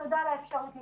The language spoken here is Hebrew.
תודה על האפשרות להתייחס.